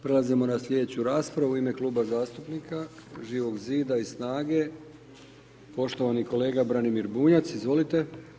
Prelazimo na sljedeću raspravu u ime Kluba zastupnika Živog zida i SNAGA-e poštovani kolega Branimir Bunjac, izvolite.